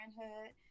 parenthood